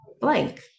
blank